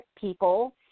people